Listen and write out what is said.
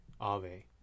Ave